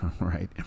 right